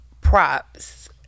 props